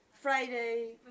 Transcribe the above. Friday